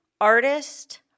Artist